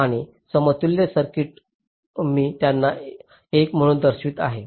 आणि समतुल्य सर्किट मी त्यांना एक म्हणून दर्शवित आहे